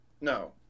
No